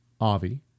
Avi